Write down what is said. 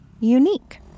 unique